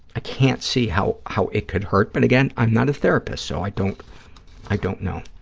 i can't see how how it could hurt, but again, i'm not a therapist so i don't i don't know.